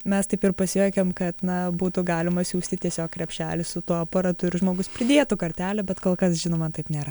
mes taip ir pasijuokėm kad na būtų galima siųsti tiesiog krepšelį su tuo aparatu ir žmogus pridėtų kartelę bet kol kas žinoma taip nėra